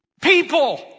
People